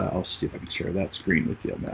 ah i'll see if i can share that screen with you.